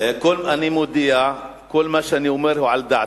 אני מודיע שכל מה שאני אומר הוא על דעתי.